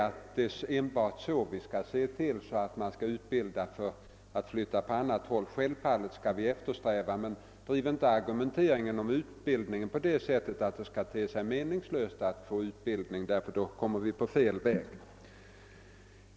Vi skall naturligtvis inte bara utbilda människor, som sedan flyttar till andra delar av landet. Självfallet skall vi även eftersträva att de stannar kvar däruppe. Men driv inte frågan om utbildning på det sättet att det ter sig meningslöst att ge och få utbildning, ty då är vi inne på fel väg.